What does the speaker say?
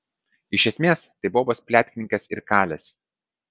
iš esmės tai bobos pletkininkės ir kalės